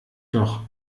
doch